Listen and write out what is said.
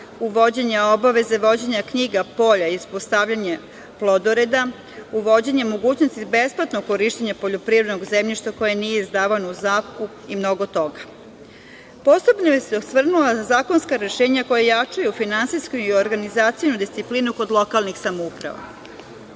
uvođenje obaveze vođenja knjiga polja i uspotavljanje plodoreda, uvođenje mogućnosti besplatnog korišćenja poljoprivrednog zemljišta koje nije izdavano u zakup i mnogo toga. Posebno bih se osvrnula na zakonska rešenja koja jačaju finansijsku i organizacionu disciplinu kod lokalnih samouprava.